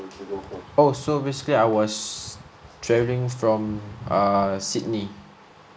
oh so basically I was travelling from err sydney